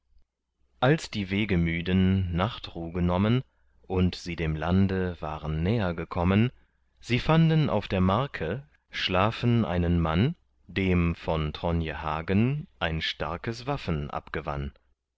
als die wegemüden nachtruh genommen und sie dem lande waren näher gekommen sie fanden auf der marke schlafen einen mann dem von tronje hagen ein starkes waffen abgewann